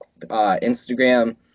instagram